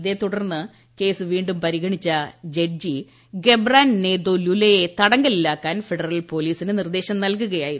ഇതേതുടർന്ന് വീണ്ടും കേസ്ക്രപരിഗണിച്ച ജഡ്ജി ഗെബ്രാൻ നേതോ ലുലയെ തടങ്കലിലാക്കാൻ ഫെഡറൽ പൊലീസിന് നിർദ്ദേശം നല്കുകയായിരുന്നു